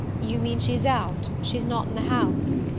you mean she's out she's not in the house?